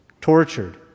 tortured